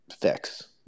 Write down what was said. fix